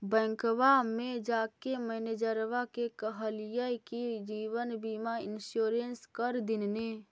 बैंकवा मे जाके मैनेजरवा के कहलिऐ कि जिवनबिमा इंश्योरेंस कर दिन ने?